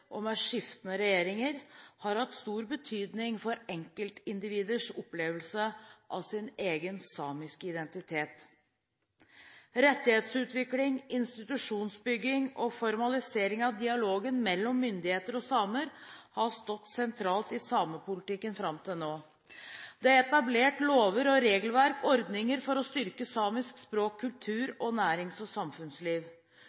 og med skiftende regjeringer har hatt stor betydning for enkeltindividers opplevelse av sin egen samiske identitet. Rettighetsutvikling, institusjonsbygging og formalisering av dialogen mellom myndigheter og samer har stått sentralt i samepolitikken fram til nå. Det er etablert lover, regelverk og ordninger for å styrke samisk språk